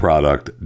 Product